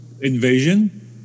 invasion